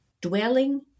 dwelling